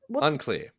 Unclear